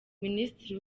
minisitiri